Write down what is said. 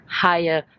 higher